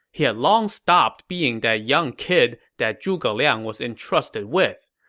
he had long stopped being that young kid that zhuge liang was entrusted with.